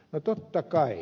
no totta kai